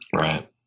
Right